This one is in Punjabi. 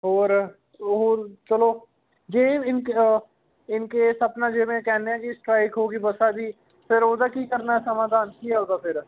ਹੋਰ ਉਹ ਚਲੋ ਜੇ ਇੰਨ ਇੰਨ ਕੇਸ ਆਪਣਾ ਜਿਵੇਂ ਕਹਿੰਦੇ ਜੀ ਸਟ੍ਰਾਈਕ ਹੋ ਗਈ ਬੱਸਾਂ ਦੀ ਫਿਰ ਉਹਦਾ ਕੀ ਕਰਨਾ ਸਮਾਧਾਨ ਕੀ ਹੋਊਗਾ ਫਿਰ